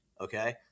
Okay